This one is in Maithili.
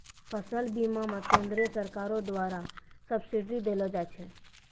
फसल बीमा मे केंद्रीय सरकारो द्वारा सब्सिडी देलो जाय छै